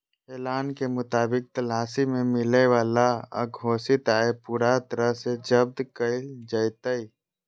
ऐलान के मुताबिक तलाशी में मिलय वाला अघोषित आय पूरा तरह से जब्त कइल जयतय